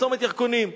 בצומת ירקונים.